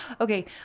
okay